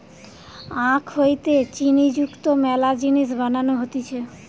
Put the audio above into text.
আখ হইতে চিনি যুক্ত মেলা জিনিস বানানো হতিছে